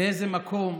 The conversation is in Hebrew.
לאיזה מקום,